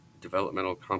developmental